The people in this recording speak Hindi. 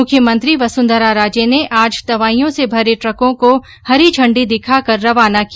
मुख्यमंत्री वसुंधरा राजे ने आज दवाइयां से भरे ट्रकों को हरी इंडी दिखाकर रवाना किया